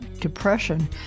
depression